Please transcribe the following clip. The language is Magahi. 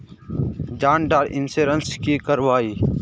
जान डार इंश्योरेंस की करवा ई?